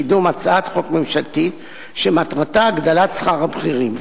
לקידום הצעת חוק ממשלתית שמטרתה הגבלת שכר הבכירים".